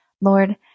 Lord